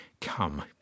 Come